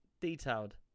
detailed